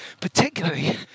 particularly